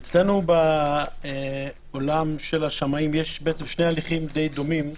אצלנו בעולם של השמאים יש בעצם שני הליכים דומים למדי,